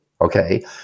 okay